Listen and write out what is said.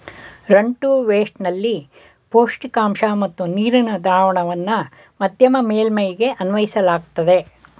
run to waste ನಲ್ಲಿ ಪೌಷ್ಟಿಕಾಂಶ ಮತ್ತು ನೀರಿನ ದ್ರಾವಣವನ್ನ ಮಧ್ಯಮ ಮೇಲ್ಮೈಗೆ ಅನ್ವಯಿಸಲಾಗ್ತದೆ